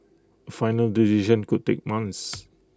A final decision could take months